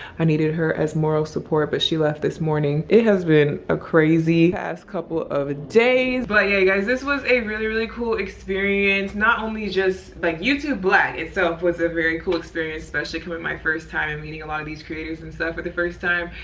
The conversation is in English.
i needed her as moral support but she left this morning. it has been a crazy couple of days. but yeah guys this was a really really cool experience. not only just, like youtube black itself was a very cool experience, especially coming my first time, meeting a lot of these creators and stuff for the first time,